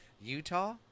Utah